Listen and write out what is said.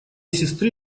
сестры